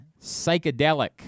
Psychedelic